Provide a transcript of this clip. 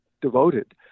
devoted